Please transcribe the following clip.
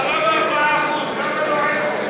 4% זה לא עסק.